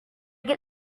get